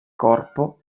corpo